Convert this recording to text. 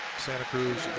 santa cruz,